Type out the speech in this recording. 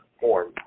form